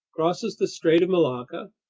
crosses the strait of malacca,